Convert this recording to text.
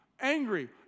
Angry